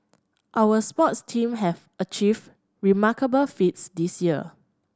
our sports teams have achieved remarkable feats this year